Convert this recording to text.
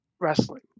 wrestling